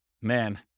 man